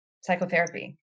psychotherapy